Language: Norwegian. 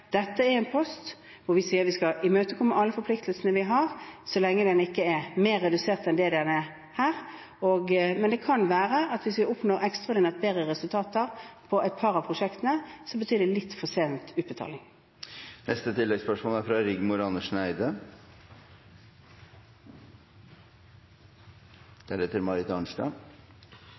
Vi sier at vi skal imøtekomme alle forpliktelsene vi har så lenge denne posten ikke er mer redusert enn det den er. Men det kan være at hvis vi oppnår ekstraordinært bedre resultater på et par av prosjektene, betyr det en litt for sen utbetaling. Rigmor Andersen Eide – til oppfølgingsspørsmål. En av ambisjonene Norge har foran klimatoppmøtet i Paris, er